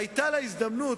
והיתה לה הזדמנות,